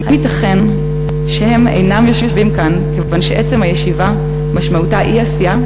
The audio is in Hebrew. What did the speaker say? האם ייתכן שהם אינם יושבים כאן כיוון שעצם הישיבה משמעותה אי-עשייה,